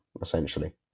essentially